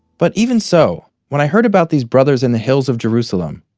but even so, when i heard about these brothers in the hills of jerusalem,